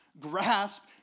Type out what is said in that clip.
grasp